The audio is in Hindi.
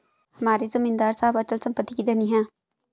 हमारे जमींदार साहब अचल संपत्ति के धनी हैं